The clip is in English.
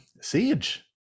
siege